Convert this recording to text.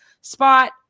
spot